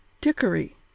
Dickory